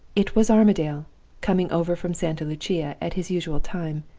it was armadale coming over from santa lucia at his usual time,